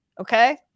Okay